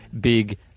big